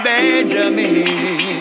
Benjamin